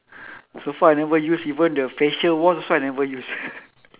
so far I never use even the facial wash also I never use